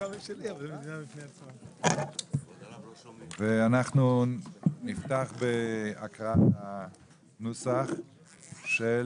(תיקון מס' 3). נעבור להקראת הנוסח של